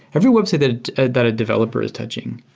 every website ah that a developer is touching.